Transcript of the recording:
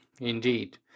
indeed